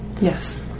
yes